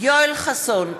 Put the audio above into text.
יואל חסון,